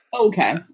Okay